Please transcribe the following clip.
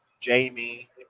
Jamie